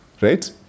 right